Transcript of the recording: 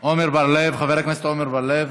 נוכח, חבר הכנסת עמר בר-לב,